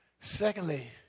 Secondly